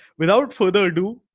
without further ado,